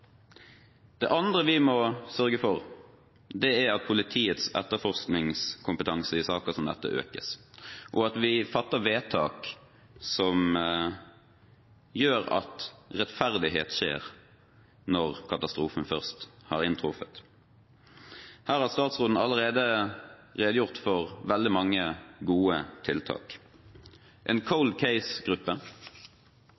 Det andre vi må sørge for, er at politiets etterforskningskompetanse i saker som disse økes, og at vi fatter vedtak som gjør at rettferdighet skjer når katastrofen først har inntruffet. Her har statsråden allerede redegjort for veldig mange gode tiltak: en